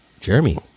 Jeremy